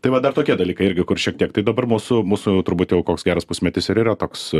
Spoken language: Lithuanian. tai vat dar tokie dalykai irgi kur šiek tiek tai dabar mūsų mūsų turbūt koks geras pusmetis ir yra toks